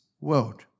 world